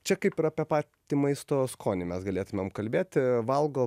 čia kaip ir apie patį maisto skonį mes galėtumėm kalbėti valgo